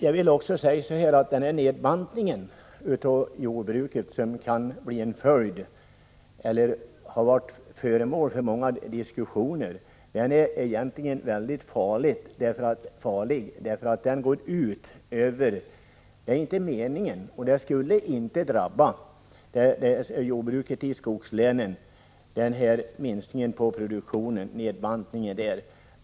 Jag vill också säga att den nedbantning av jordbruket som har varit föremål för många diskussioner är mycket farlig. En sådan minskning av produktionen borde egentligen inte få drabba jordbruket i skogslänen, och det har inte heller varit meningen.